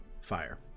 fire